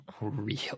real